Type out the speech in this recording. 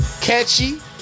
catchy